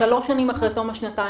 שלוש שנים אחרי תום השנתיים,